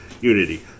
Unity